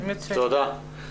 תודה.